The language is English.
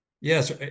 Yes